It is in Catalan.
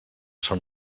són